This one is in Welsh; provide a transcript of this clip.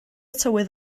tywydd